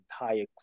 entire